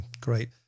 Great